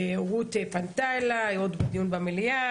ורות פנתה אליי עוד בדיון במליאה.